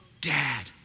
dad